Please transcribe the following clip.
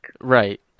Right